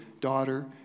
Daughter